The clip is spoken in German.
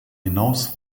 hinaus